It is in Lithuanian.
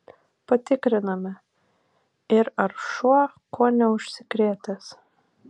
patikriname ir ar šuo kuo neužsikrėtęs